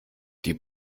die